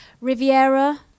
Riviera